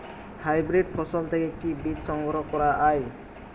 Hybrid ফসল থেকে কি বীজ সংগ্রহ করা য়ায়?